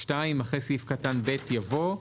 אחרי סעיף קטן (ב) יבוא: